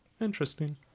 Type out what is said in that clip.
interesting